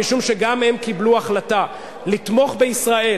משום שגם הם קיבלו החלטה לתמוך בישראל